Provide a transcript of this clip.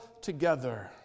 together